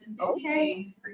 Okay